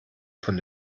von